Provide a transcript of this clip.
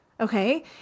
Okay